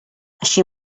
així